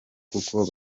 kuko